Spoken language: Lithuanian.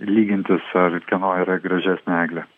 lygintis ar kieno yra gražesnė eglė